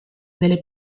delle